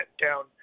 down